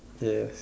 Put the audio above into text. yes